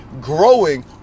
growing